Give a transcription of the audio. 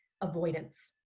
avoidance